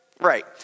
Right